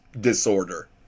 disorder